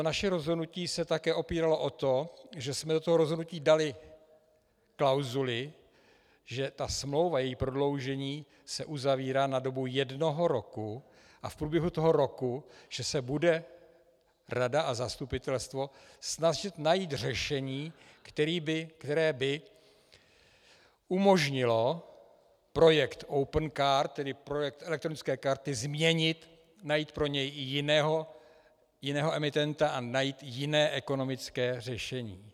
Naše rozhodnutí se také opíralo o to, že jsme do toho rozhodnutí dali klauzuli, že ta smlouva, její prodloužení, se uzavírá na dobu jednoho roku a v průběhu toho roku že se bude rada a zastupitelstvo snažit najít řešení, které by umožnilo projekt Opencard, tedy projekt elektronické karty, změnit, najít pro něj jiného emitenta a najít jiné ekonomické řešení.